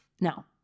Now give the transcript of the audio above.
Now